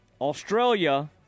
Australia